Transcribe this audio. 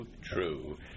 true